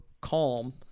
calm